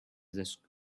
desk